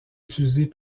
utilisée